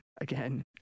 again